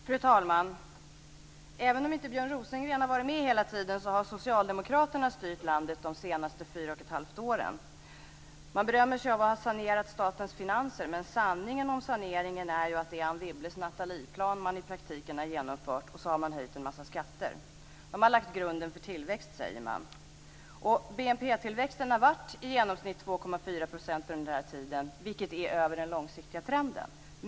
Fru talman! Även om Björn Rosengren inte har varit med hela tiden så har Socialdemokraterna styrt landet under de senaste fyra och ett halvt åren. De berömmer sig av att ha sanerat statens finanser, men sanningen om saneringen är ju att det är Anne Wibbles Nathalieplan som de i praktiken har genomfört och dessutom höjt en massa skatter. De säger att de har lagt grunden för tillväxt. BNP-tillväxten har varit i genomsnitt 2,4 % under denna tid, vilket är över den långsiktiga trenden.